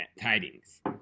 tidings